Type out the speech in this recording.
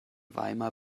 weimar